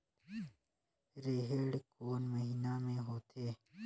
रेहेण कोन महीना म होथे?